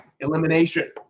elimination